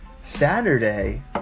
Saturday